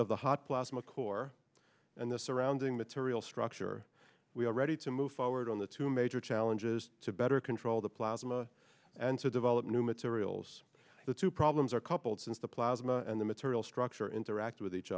of the hot plasma core and the surrounding material structure we are ready to move forward on the two major challenges to better control the plasma and to develop new materials the two problems are coupled since the plasma and the material structure interact with each